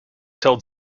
told